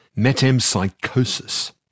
metempsychosis